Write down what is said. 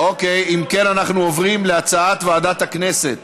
אוקיי, אם כן, אנחנו עוברים להצעת ועדת הכנסת